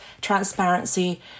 transparency